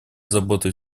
заботой